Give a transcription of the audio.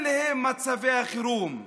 אלה הם מצבי החירום.